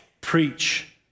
preach